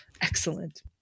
Excellent